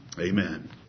Amen